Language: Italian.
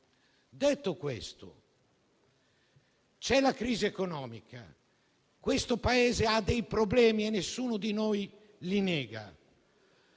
Detto questo, c'è la crisi economica. Questo Paese ha dei problemi e nessuno di noi li nega;